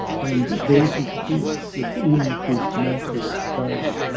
and there he stood within his natal vale,